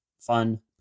fun